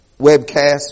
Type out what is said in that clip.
webcast